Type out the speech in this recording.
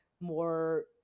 more